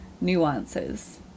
nuances